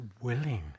willing